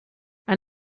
ein